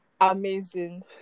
amazing